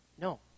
No